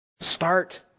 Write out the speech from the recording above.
Start